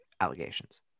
allegations